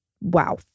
wow